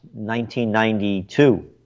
1992